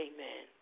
Amen